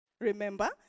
remember